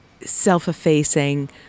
self-effacing